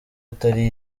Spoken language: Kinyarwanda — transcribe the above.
atari